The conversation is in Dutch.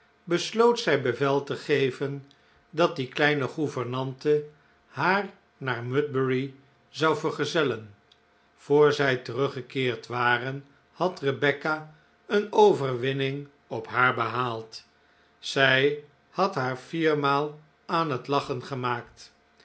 besloot zij bevel te geven dat die kleine gouvernante haar naar mudbury zou vergezellen voor zij teruggekeerd waren had rebecca een overwinning op haar behaald zij had haar vier maal aan het lachen gemaakt